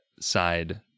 side